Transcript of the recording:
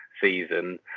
season